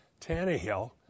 Tannehill